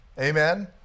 Amen